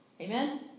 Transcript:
Amen